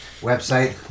website